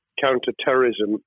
counter-terrorism